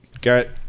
Garrett